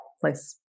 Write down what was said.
place